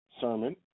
sermon